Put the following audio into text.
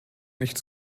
nicht